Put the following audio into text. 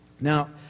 Now